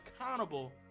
accountable